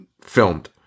Filmed